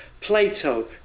Plato